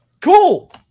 Cool